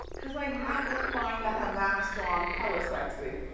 cause i happen to find the havana song hella sexy.